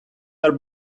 are